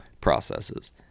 processes